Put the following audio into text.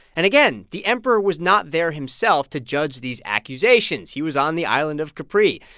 and again, the emperor was not there himself to judge these accusations he was on the island of capri,